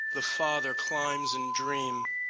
the father climbs in dream,